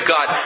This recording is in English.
God